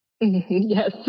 Yes